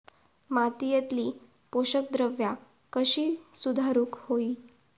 मातीयेतली पोषकद्रव्या कशी सुधारुक होई?